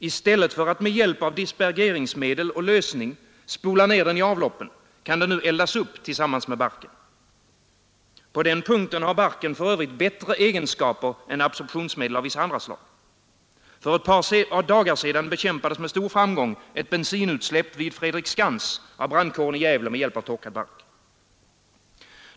I stället för att med hjälp av dispergeringsmedel och lösning spola ner den i avloppen kan den nu eldas upp tillsammans med barken. På den punkten har barken för övrigt bättre egenskaper än absortionsmedel av vissa andra slag. För ett par dagar sedan bekämpades med stor framgång ett bensinutsläpp vid Fredriksskans av brandkåren i Gävle med hjälp av torkad bark.